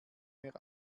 mehr